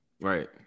right